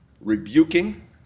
Rebuking